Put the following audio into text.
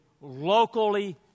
locally